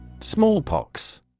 Smallpox